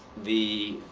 the